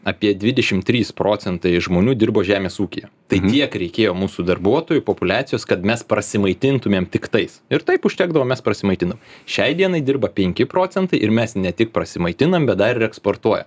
apie dvidešim trys procentai žmonių dirbo žemės ūkyje tai kiek reikėjo mūsų darbuotojų populiacijos kad mes prasimaitintumėm tiktais ir taip užtekdavo mes prasimaitinam šiai dienai dirba penki procentai ir mes ne tik prasimaitinam bet dar eksportuojam